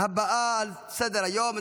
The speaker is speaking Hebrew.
הבאה על סדר-היום,